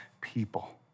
people